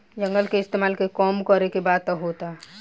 जंगल के इस्तेमाल के कम करे के बात होता